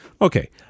Okay